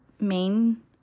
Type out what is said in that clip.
main